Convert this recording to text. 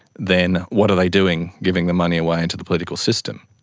then what are they doing giving the money away and to the political system?